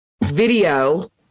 Video